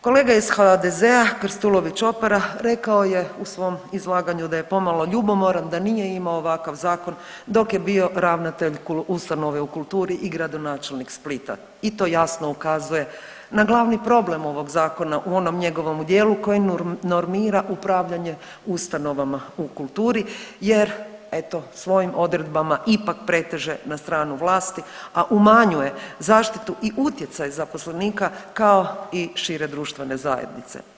Kolega iz HDZ-a Krstulović Opara rekao je u svom izlaganju da je pomalo ljubomoran da nije imao ovakav zakon dok je bio ravnatelj ustanove u kulturi i gradonačelnik Splita i to jasno ukazuje na glavni problem ovog zakona u onom njegovom dijelu koji normira upravljanje ustanovama u kulturi jer eto svojim odredbama ipak preteže na stranu vlasti, a umanjuje zaštitu i utjecaj zaposlenika kao i šire društvene zajednice.